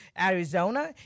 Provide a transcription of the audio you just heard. Arizona